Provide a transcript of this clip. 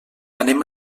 anem